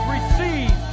Receive